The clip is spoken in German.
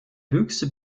höchste